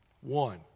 One